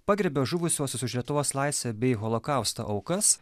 pagerbė žuvusiuosius už lietuvos laisvę bei holokausto aukas